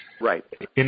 Right